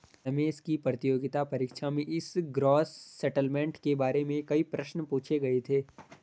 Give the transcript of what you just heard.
रमेश की प्रतियोगिता परीक्षा में इस ग्रॉस सेटलमेंट के बारे में कई प्रश्न पूछे गए थे